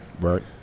right